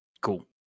Cool